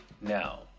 now